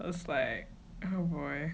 so it's like oh boy